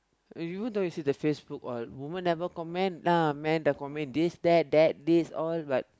uh even though you see the Facebook all woman never comment ah men the comment this that that this all but